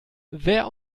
wer